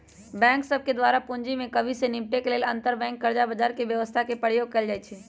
bank सभके द्वारा पूंजी में कम्मि से निपटे लेल अंतरबैंक कर्जा बजार व्यवस्था के प्रयोग कएल जाइ छइ